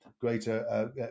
greater